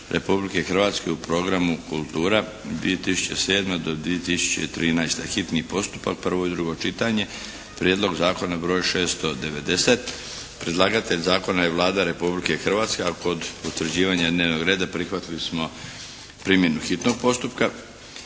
Republike Hrvatske u programu kultura (od 2007. do 2013.), s Konačnim prijedlogom zakona, hitni postupak, prvo i drugo čitanje P.Z. br. 690 Predlagatelj zakona je Vlada Republike Hrvatske. A kod utvrđivanja dnevnog reda prihvatili smo primjenu hitnog postupka.